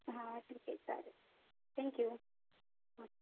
हां ठीक आहे चालेल थँक्यू हां